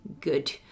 good